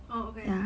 oh okay